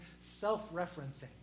self-referencing